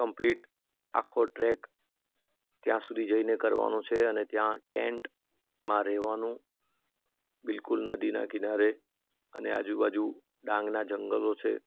complete આખો trek ત્યાં સુધી જઈને કરવાનો છે અને ત્યાં ટેન્ટમાં રહેવાનું બિલકુલ નદીના કિનારે અને આજુબાજુ ડાંગનાં જંગલો છે